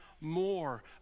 more